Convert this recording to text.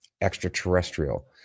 extraterrestrial